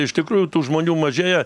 iš tikrųjų tų žmonių mažėja